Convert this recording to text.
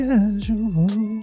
Casual